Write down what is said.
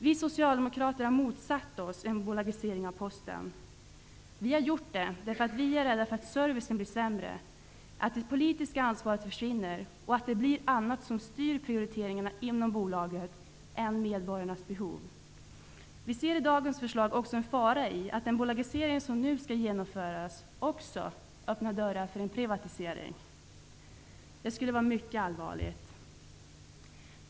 Vi socialdemokrater har motsatt oss en bolagisering av Posten. Vi har gjort det därför att vi är rädda för att servicen skall bli sämre, att det politiska ansvaret skall försvinna och att det skall bli annat än medborgarnas behov som skall styra prioriteringarna inom bolaget. Vi ser i dagens förslag också en fara i att den bolagisering som nu skall genomföras också öppnar dörrar för en privatisering. Det skulle vara mycket allvarligt.